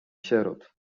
sierot